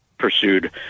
Pursued